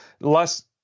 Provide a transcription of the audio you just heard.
less